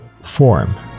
form